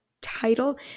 title